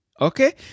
Okay